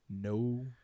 No